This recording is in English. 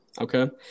Okay